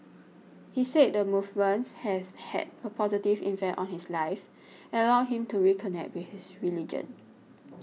he said the movements has had a positive infect on his life allowed him to reconnect with his religion